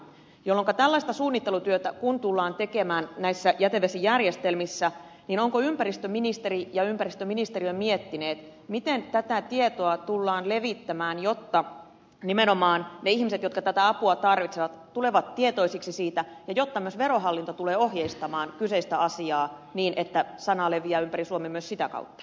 kun tällaista suunnittelutyötä tullaan tekemään näissä jätevesijärjestelmissä ovatko ympäristöministeri ja ympäristöministeriö miettineet miten tätä tietoa tullaan levittämään jotta nimenomaan ne ihmiset jotka tätä apua tarvitsevat tulevat tietoisiksi siitä ja jotta myös verohallinto tulee ohjeistamaan kyseistä asiaa niin että sana leviää ympäri suomen myös sitä kautta